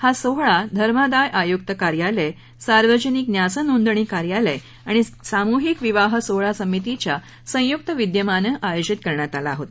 हा सोहळा धर्मादाय आयुक्त कार्यालय सार्वजनिक न्यास नोंदणी कार्यालय आणि सामुदायिक विवाह सोहळा समितीच्या संयुक्त विद्यमान आयोजित करण्यात आला होता